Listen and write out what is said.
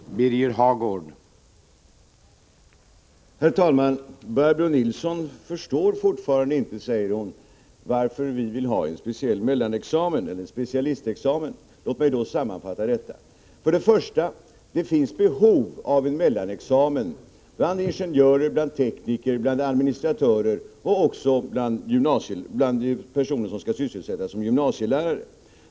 Prot. 1985/86:33 Herr talman! Barbro Nilsson förstår fortfarande inte, säger hon, varför vi — 21 november 1985 vill ha en speciell mellanexamen, en specialistexamen. Låt mig då sammanfatta det. Högskolefrågor För det första: Det finns behov av en mellanexamen bland ingenjörer, tekniker, administratörer och också bland personer som skall sysselsättas som gymnasielärare.